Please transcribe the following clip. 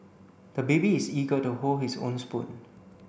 the baby is eager to hold his own spoon